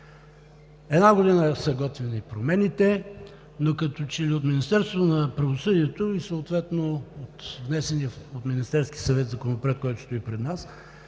Една година са готвени промените, но като че ли от Министерството на правосъдието, съответно и във внесения от Министерския съвет законопроект, който стои пред нас,